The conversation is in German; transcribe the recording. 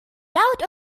laut